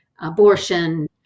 abortion